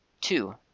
Two